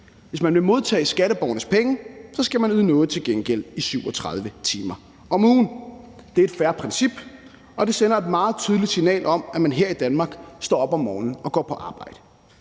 Hvis man vil modtage skatteborgernes penge, skal man yde noget til gengæld i 37 timer om ugen. Det er et fair princip, og det sender et meget tydeligt signal om, at man her i Danmark står op om morgenen og går på arbejde.